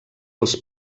els